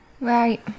Right